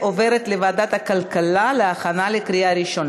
לוועדת הכלכלה נתקבלה.